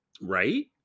Right